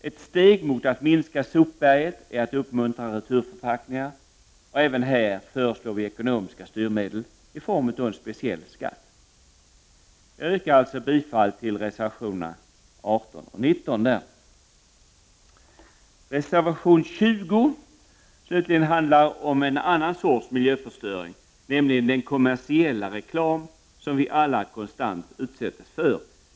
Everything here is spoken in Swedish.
Ett steg mot att minska sopberget är att uppmuntra returförpackningar, och även här föreslår vi ekonomiska styrmedel i form av en speciell skatt. Jag yrkar bifall till reservationerna 18 och 19. Reservation 20 handlar om en annan sorts miljöförstöring, nämligen den kommersiella reklam som vi alla konstant utsätts för.